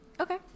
Okay